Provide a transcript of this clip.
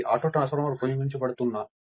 కాబట్టి auto transformer ఉపయోగించబడుతున్న